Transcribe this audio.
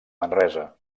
manresa